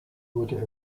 wurde